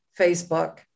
Facebook